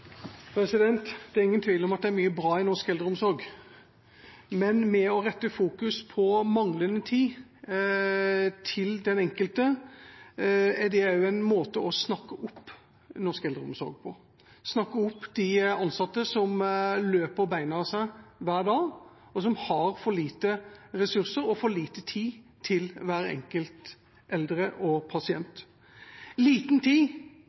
mye bra i norsk eldreomsorg, og det å fokusere på manglende tid til den enkelte er en måte å snakke opp norsk eldreomsorg på, snakke opp de ansatte som løper beina av seg hver dag, og som har for lite ressurser og for lite tid til hver enkelt eldre og